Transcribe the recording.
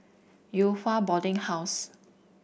Yew Hua Boarding House